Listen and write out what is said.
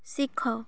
ଶିଖ